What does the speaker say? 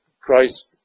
Christ